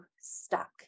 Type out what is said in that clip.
stuck